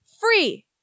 Free